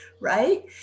right